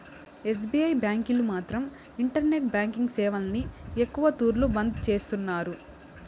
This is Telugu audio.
ఎస్.బి.ఐ బ్యాంకీలు మాత్రం ఇంటరెంట్ బాంకింగ్ సేవల్ని ఎక్కవ తూర్లు బంద్ చేస్తున్నారు